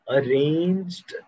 Arranged